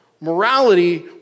morality